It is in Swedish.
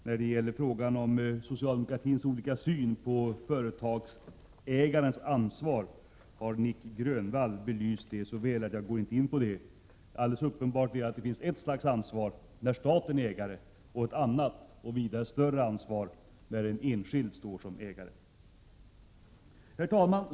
När det gäller frågan om socialdemokratins olika syn på företagsägares ansvar vill jag säga att Nic Grönvall har gjort en sådan fullständig belysning Prot. 1987/88:138 av denna fråga att jag inte går in på den. Alldeles uppenbart är att det finns ett 10 juni 1988 slags ansvar när staten är ägare och ett annat och vida större ansvar när en enskild står som ägare. Herr talman!